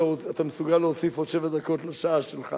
אתה מסוגל להוסיף עוד שבע דקות לשעה שלך.